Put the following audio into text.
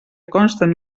consten